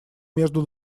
между